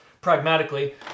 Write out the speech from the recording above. pragmatically